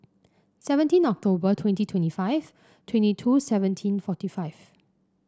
seventeen October twenty twenty five twenty two seventeen forty five